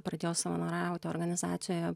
pradėjau savanoriauti organizacijoje